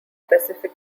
pacific